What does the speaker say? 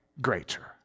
greater